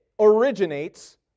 originates